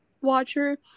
watcher